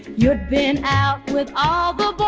you'd been out with all the